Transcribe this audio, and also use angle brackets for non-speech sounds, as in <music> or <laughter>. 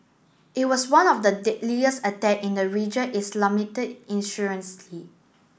it was one of the deadliest attack in the region Islamist <unintelligible>